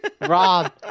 Rob